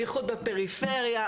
בייחוד בפריפריה',